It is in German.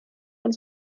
uns